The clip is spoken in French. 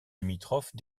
limitrophe